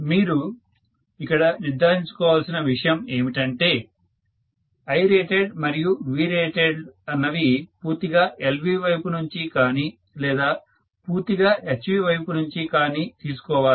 మీరు ఇక్కడ నిర్ధారించుకోవాల్సిన విషయం ఏమిటంటే Irated మరియు Vrated అన్నవి పూర్తిగా LV వైపు నుంచి కానీ లేదా పూర్తిగా HV వైపు నుంచి కానీ తీసుకోవాలి